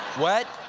what?